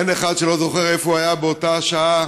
אין אחד שלא זוכר איפה הוא היה באותה שעה.